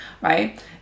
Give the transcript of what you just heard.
right